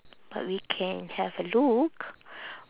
but we can have a look